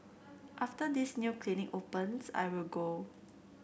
after this new clinic opens I will go